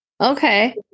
Okay